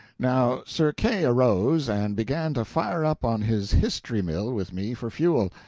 now sir kay arose and began to fire up on his history-mill with me for fuel.